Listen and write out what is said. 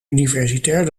universitair